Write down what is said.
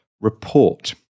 report